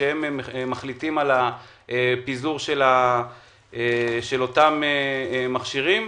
בבואו להחליט על הפיזור של אותם מכשירים?